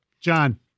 John